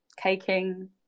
caking